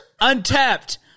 Untapped